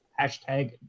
hashtag